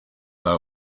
her